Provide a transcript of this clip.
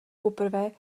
poprvé